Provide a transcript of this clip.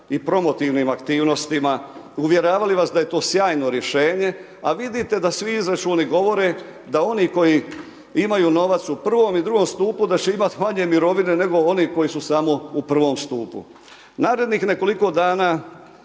i promotivnim aktivnostima, uvjeravali vas da je to sjajno rješenje a vidite da svi izračuni govore da oni koji imaju novac u prvom i drugom stupu da će imati manje mirovine nego oni koji su samo u prvom stupu. Narednih nekoliko godina,